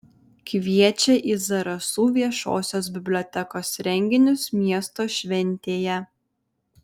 kviečia į zarasų viešosios bibliotekos renginius miesto šventėje